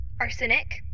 Arsenic